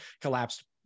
collapsed